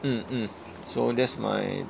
mm mm so that's my